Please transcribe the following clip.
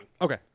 Okay